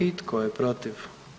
I tko je protiv?